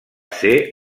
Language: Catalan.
ser